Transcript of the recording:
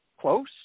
close